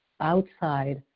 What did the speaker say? outside